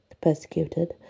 persecuted